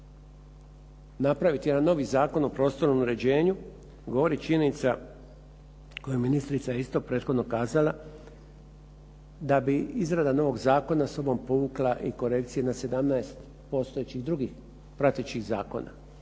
kompleksno napraviti jedan novi Zakon o prostornom uređenju govori činjenica koju je ministrica isto prethodno kazala, da bi izrada novog zakona za sobom povukla i korekcije na 17 postojećih drugih pratećih zakona.